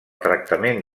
tractament